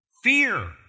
Fear